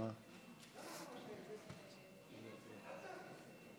לה שהיא נתנה